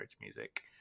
music